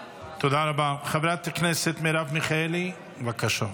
חברת הכנסת מרב מיכאלי, בבקשה.